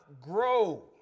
grow